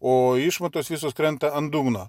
o išmatos visos krenta ant dugno